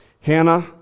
Hannah